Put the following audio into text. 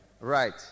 right